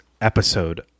episode